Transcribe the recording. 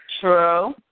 true